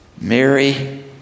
Mary